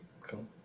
Cool